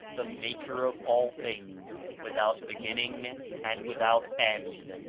the maker of all things, without beginning and without end.